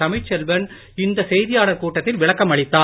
தமிழ்ச்செல்வன் இந்த செய்தியாளர் கூட்டத்தில் விளக்கம் அளித்தார்